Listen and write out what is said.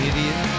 Idiot